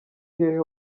hehe